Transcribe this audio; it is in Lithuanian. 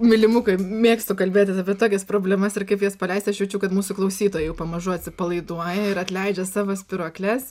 mylimukai mėgstu kalbėtis apie tokias problemas ir kaip jas paleist aš jaučiu kad mūsų klausytojai jau pamažu atsipalaiduoja ir atleidžia savo spyruokles